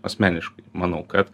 asmeniškai manau kad